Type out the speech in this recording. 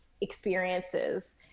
experiences